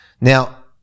Now